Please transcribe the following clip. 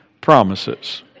promises